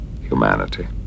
humanity